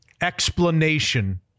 explanation